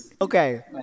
Okay